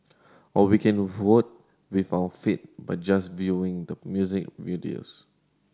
or we can vote with our feet by just viewing the music videos